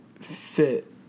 fit